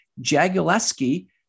Jaguleski